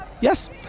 yes